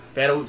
Pero